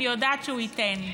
אני יודעת שהוא ייתן.